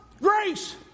Grace